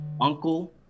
uncle